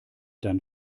dann